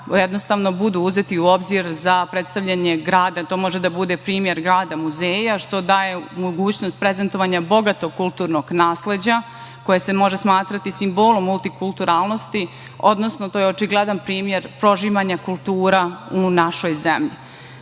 jednostavno, budu uzeti u obzir za predstavljanja grada. To može da bude primer grada muzeja, što daje mogućnost prezentovanja bogatog kulturnog nasleđa koje se može smatrati simbolom multikulturalnosti, odnosno to je očigledan primer prožimanja kultura u našoj zemlji. Takođe